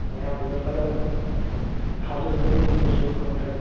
ꯃꯌꯥꯝꯅꯖꯨ ꯈꯔ ꯊꯥꯖꯕꯤꯗꯕꯖꯨ ꯈꯔ ꯐꯩ